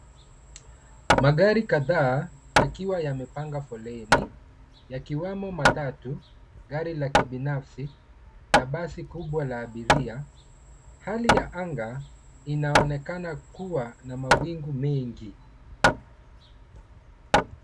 Magari kadhaa, yakiwa yamepanga foleni, yakiwemo matatu, gari la kibinafsi na basi kubwa la abiria. Hali ya anga inaonekana kuwa na mawingu mengi.